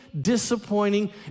disappointing